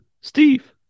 Steve